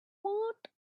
woot